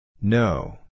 No